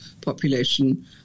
population